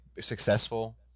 successful